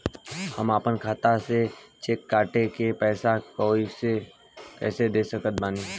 हम अपना खाता से चेक काट के पैसा कोई के कैसे दे सकत बानी?